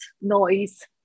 noise